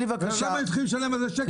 למה הם צריכים לשלם על זה שקל וחצי?